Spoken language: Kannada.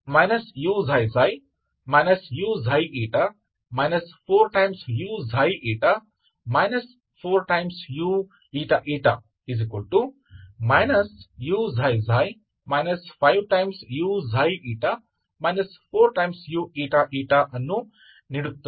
ಇದು ನನಗೆ uxy uξ ξ uξ η 4uξ η 4uηη uξ ξ 5uξ η 4uηη ಅನ್ನು ನೀಡುತ್ತದೆ